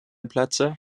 plätze